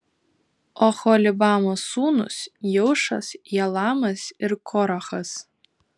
oholibamos sūnūs jeušas jalamas ir korachas